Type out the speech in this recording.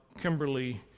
Kimberly